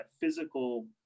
physical